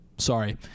Sorry